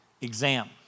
exam